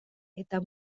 eta